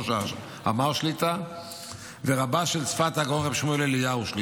עמאר שליט"א ושל רבה של צפת הגאון רבי שמואל אליהו שליט"א.